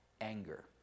anger